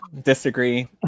disagree